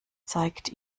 zeigt